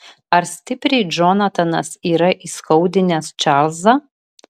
ar stipriai džonatanas yra įskaudinęs čarlzą